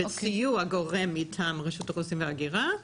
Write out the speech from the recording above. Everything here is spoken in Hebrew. בסיוע גורם מטעם רשות האוכלוסין וההגירה.